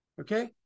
Okay